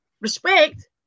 Respect